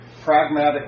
pragmatic